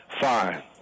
fine